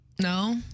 No